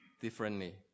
differently